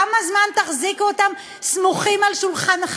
כמה זמן תחזיקו אותם סמוכים על שולחנכם,